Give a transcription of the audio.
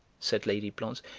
said lady blonze,